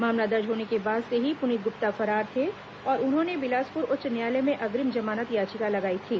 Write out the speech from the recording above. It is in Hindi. मामला दर्ज होने के बाद से ही पुनीत गुप्ता फरार थे और उन्होंने बिलासपुर उच्च न्यायालय में अग्रिम जमानत याचिका लगाई थी